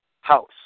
house